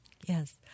Yes